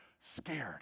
scared